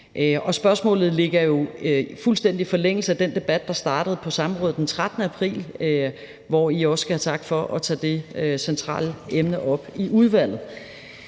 Spørgsmålet ligger jo fuldstændig i forlængelse af den debat, der startede på samrådet den 13. april, hvor I også skal have tak for at tage det centrale emne op i udvalget.